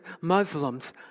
Muslims